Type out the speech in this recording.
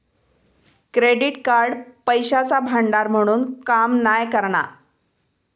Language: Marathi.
क्रेडिट कार्ड पैशाचा भांडार म्हणून काम नाय करणा